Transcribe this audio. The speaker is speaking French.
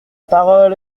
parole